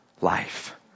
life